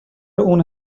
اون